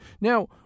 Now